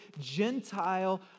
Gentile